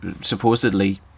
supposedly